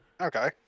Okay